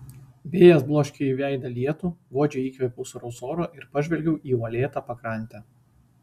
vėjas bloškė į veidą lietų godžiai įkvėpiau sūraus oro ir pažvelgiau į uolėtą pakrantę